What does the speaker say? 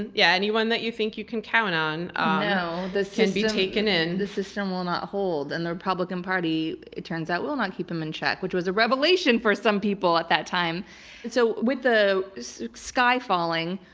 and yeah. anyone that you think you can count on can be taken in. the system will not hold. and the republican party, it turns out, will not keep them in check. which was a revelation for some people at that time! and so with the sky falling,